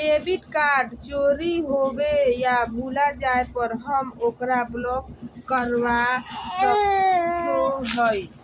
debit card चोरी होवे या भुला जाय पर हम ओकरा ब्लॉक करवा सको हियै